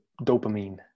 dopamine